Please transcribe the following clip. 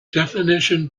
definition